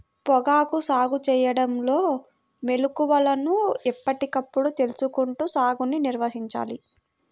పొగాకు సాగు చేయడంలో మెళుకువలను ఎప్పటికప్పుడు తెలుసుకుంటూ సాగుని నిర్వహించాలి